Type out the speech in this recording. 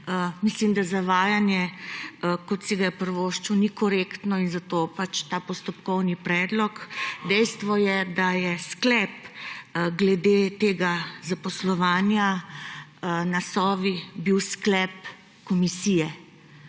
Mislim, da zavajanje, kot si ga je privoščil, ni korektno, in zato ta postopkovni predlog. Dejstvo je, da je bil glede tega zaposlovanja na Sovi sklep komisije.